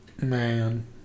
Man